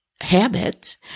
habit